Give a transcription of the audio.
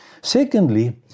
Secondly